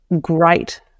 great